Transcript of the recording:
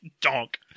Donk